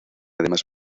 además